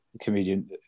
comedian